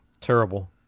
Terrible